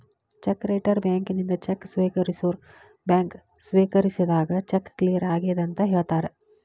check writer ಬ್ಯಾಂಕಿನಿಂದ cheque ಸ್ವೇಕರಿಸೋರ್ bank ಸ್ವೇಕರಿಸಿದಾಗ ಚೆಕ್ ಕ್ಲಿಯರ್ ಆಗೆದಂತ ಹೇಳ್ತಾರ